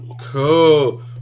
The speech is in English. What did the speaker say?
Cool